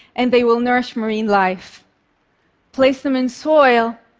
and they will nourish marine life place them in soil,